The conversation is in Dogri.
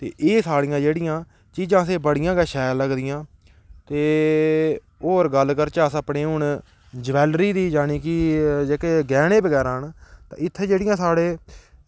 ते एह् साढ़ियां जेह्ड़ियां चीजां असेंगी बड़ियां गै शैल लगदियां ते होर गल्ल करचै अस अपनी हून ज्वैलरी दी जानि के जेह्के गैह्ने बगैरा न ते इत्थें जेह्ड़ियां साढ़े